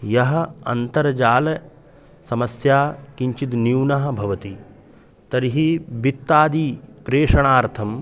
यः अन्तर्जालसमस्या किञ्चिद् न्यूना भवति तर्हि वित्तादिप्रेषणार्थं